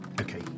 Okay